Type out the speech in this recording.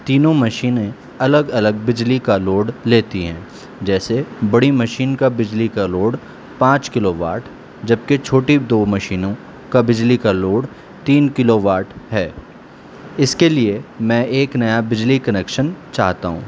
تینوں مشینیں الگ الگ بجلی کا لوڈ لیتی ہیں جیسے بڑی مشین کا بجلی کا لوڈ پانچ کلو واٹ جبکہ چھوٹی دو مشینوں کا بجلی کا لوڈ تین کلو واٹ ہے اس کے لیے میں ایک نیا بجلی کنیکشن چاہتا ہوں